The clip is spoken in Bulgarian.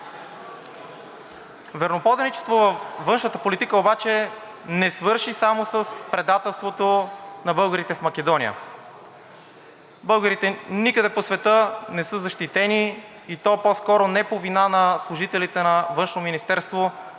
Верноподаничеството във външната политика обаче не свърши само с предателството на българите в Македония. Българите никъде по света не са защитени, и то по-скоро не по вина на служителите на